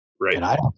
Right